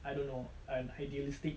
idealistic